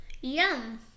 Yum